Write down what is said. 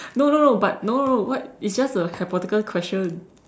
no no no but no no no what it's just a hypothetical question